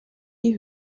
die